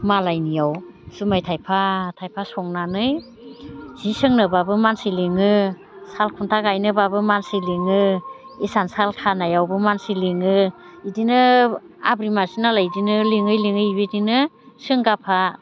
मालायनियाव जुमाय थाइफा थाइफा संनानै जि सोंनोबाबो मानसि लिङो साल खुन्था गायनोबाबो मानसि लिङो इसानसाल खानायावबो मानसि लिङो बिदिनो आब्रि मानसि नालाय बिदिनो लिङै लिङै बेबायदिनो सोंगाफा